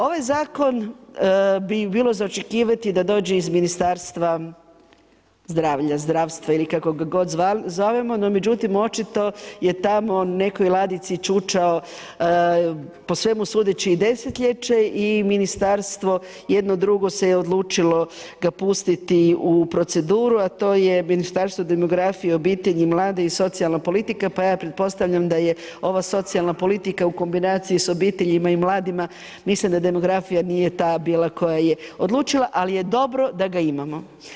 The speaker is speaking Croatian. Ovaj zakon bi bilo za očekivati da dođe iz Ministarstva zdravlja, zdravstva ili kako god ga zovemo no međutim očito je tamo u nekoj ladici je čučao po svemu sudeći desetljeće i ministarstvo jedno drugo se odlučilo ga pustiti u proceduru a to je Ministarstvo demografije, obitelji, mladih i socijalne politike pa ja pretpostavljam da je ova socijalna politika u kombinaciji sa obiteljima i mladima, mislim da demografija nije ta bila koja je odlučila ali je dobro da ga imamo.